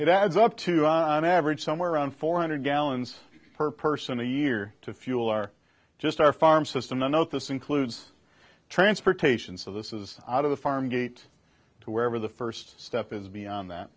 it adds up to an average somewhere around four hundred gallons per person a year to fuel or just our farm system to note this includes transportation so this is out of the farm gate to wherever the first step is beyond that